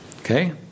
Okay